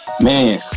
Man